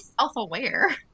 self-aware